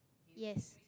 yes